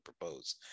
propose